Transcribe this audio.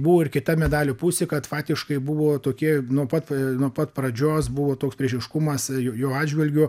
buvo ir kita medalio pusė kad fatiškai buvo tokie nuo pat nuo pat pradžios buvo toks priešiškumas jo jo atžvilgiu